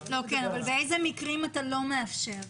באיזה מקרים אתה לא מאשר?